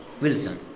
Wilson